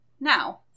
Now